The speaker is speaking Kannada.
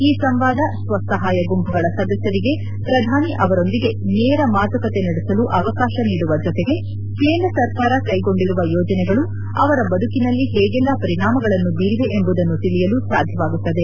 ಈ ಸಂವಾದ ಸ್ವ ಸಹಾಯ ಗುಂಪುಗಳ ಸದಸ್ಯರಿಗೆ ಪ್ರಧಾನಿ ಅವರೊಂದಿಗೆ ನೇರ ಮಾತುಕತೆ ನಡೆಸಲು ಅವಕಾಶ ನೀಡುವ ಜೊತೆಗೆ ಕೇಂದ್ರ ಸರ್ಕಾರ ಕೈಗೊಂಡಿರುವ ಯೋಜನೆಗಳು ಅವರ ಬದುಕಿನಲ್ಲಿ ಹೇಗೆಲ್ಲಾ ಪರಿಣಾಮಗಳನ್ನು ಬೀರಿವೆ ಎಂಬುದನ್ನು ತಿಳಿಯಲು ಸಾಧ್ಯವಾಗುತ್ತದೆ